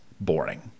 boring